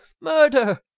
murder